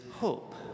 hope